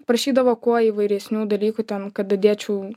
prašydavo kuo įvairesnių dalykų ten kad dadėčiau